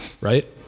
right